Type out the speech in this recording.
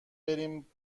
بریم